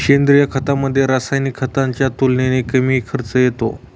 सेंद्रिय खतामध्ये, रासायनिक खताच्या तुलनेने कमी खर्च येतो